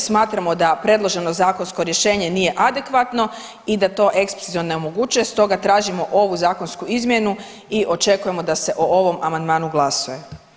Smatramo da predloženo zakonsko rješenje nije adekvatno i da to eksplicite ne omogućuje, stoga tražimo ovu zakonsku izmjenu i očekujemo da se o ovom amandmanu glasuje.